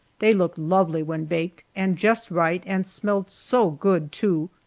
they looked lovely when baked, and just right, and smelled so good, too!